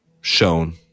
shown